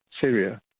Syria